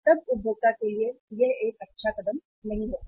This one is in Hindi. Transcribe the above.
तब उपभोक्ता के लिए यह एक अच्छा कदम नहीं होगा